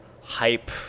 hype